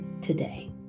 today